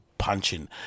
punching